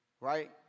right